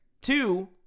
Two